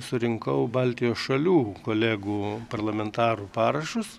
surinkau baltijos šalių kolegų parlamentarų parašus